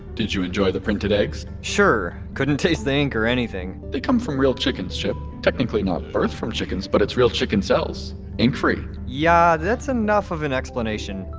did you enjoy the printed eggs? sure. couldn't taste the ink or anything they come from real chickens, chip. technically not birthed from chickens, but it's real chicken cells, ink free! yeah, that's enough of an explanation.